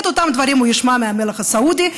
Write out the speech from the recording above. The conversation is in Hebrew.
את אותם דברים הוא ישמע מהמלך הסעודי,